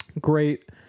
Great